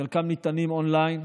חלקם ניתנים אונליין,